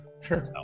Sure